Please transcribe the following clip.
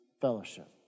fellowship